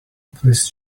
please